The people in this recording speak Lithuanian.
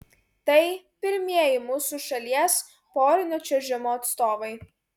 tai pirmieji mūsų šalies porinio čiuožimo atstovai